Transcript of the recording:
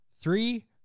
three